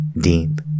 Deep